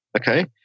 Okay